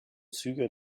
züge